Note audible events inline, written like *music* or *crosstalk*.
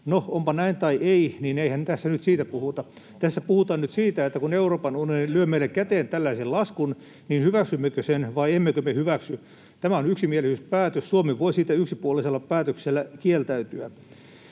No, onpa näin tai ei, niin eihän tässä nyt siitä puhuta. *noise* Tässä puhutaan nyt siitä, että kun Euroopan unioni lyö meille käteen tällaisen laskun, niin hyväksymmekö sen vai emmekö me hyväksy. Tämä on yksimielisyyspäätös, ja Suomi voi siitä yksipuolisella päätöksellä kieltäytyä.